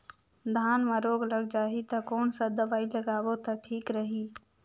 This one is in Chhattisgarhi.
धान म रोग लग जाही ता कोन सा दवाई लगाबो ता ठीक रही?